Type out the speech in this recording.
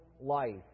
life